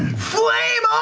flame